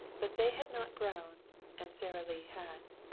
but they had not grown and sara lee had.